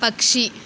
పక్షి